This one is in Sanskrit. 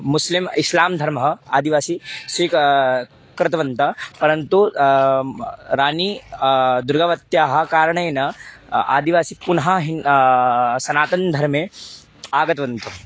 मुस्लिम् इश्लां धर्मः आदिवासी स्वीक् कृतवन्तः परन्तु रानी दुर्गावत्याः कारणेन आदिवासि पुनः सनातनधर्मे आगतवन्तः